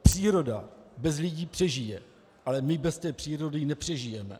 Příroda bez lidí přežije, ale my bez té přírody nepřežijeme.